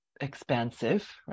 expansive